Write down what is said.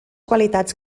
qualitats